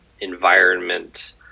environment